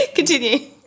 continue